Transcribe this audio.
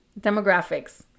Demographics